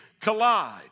collide